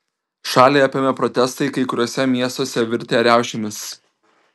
šalį apėmė protestai kai kuriuose miestuose virtę riaušėmis